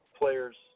players –